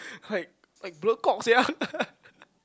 like blur cock sia